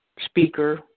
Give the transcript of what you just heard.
speaker